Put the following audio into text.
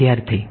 વિદ્યાર્થી